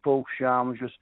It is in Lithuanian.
paukščių amžius